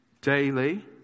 daily